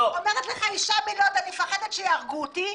אומרת לך אישה בלוד אני פוחדת שיהרגו אותי,